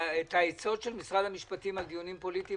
העצות של משרד המשפטים על דיונים פוליטיים,